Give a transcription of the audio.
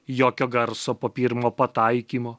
jokio garso po pirmo pataikymo